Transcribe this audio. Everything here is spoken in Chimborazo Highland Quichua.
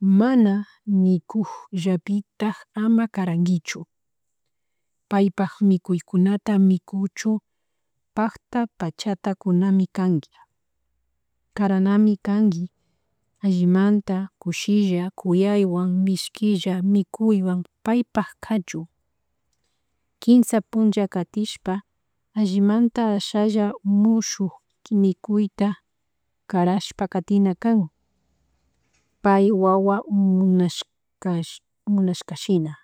mama mikukllapitak ama karankichu pay pak mikuykunta mikuchu pakta pachata kunami kanki, karanami kanki, allimanta kushilla kuyaywan, mishkilla mikuywan pay pak kachun kinsa puncha katishpa allimanta ashalla mushuk mikuyta karashpa katina kan, pay wawa munashkash munashkashina